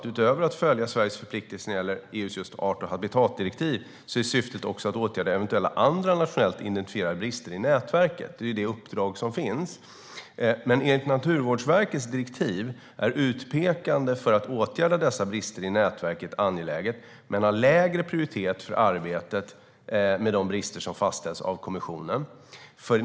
Utöver att följa Sveriges förpliktelser när det gäller EU:s art och habitatdirektiv är syftet också att åtgärda eventuella andra nationellt identifierade brister i nätverket. Det är det uppdrag som finns. Enligt Naturvårdsverkets direktiv är utpekande för att åtgärda dessa brister i nätverket angeläget medan arbetet med de brister som fastställs av kommissionen har lägre prioritet.